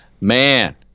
man